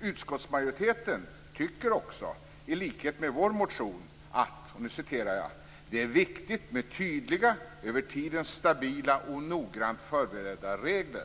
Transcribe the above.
Utskottsmajoriteten tycker också, i likhet med vad vi anför i vår motion, att "det är viktigt med tydliga, över tiden stabila och noggrant förberedda regler".